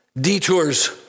Detours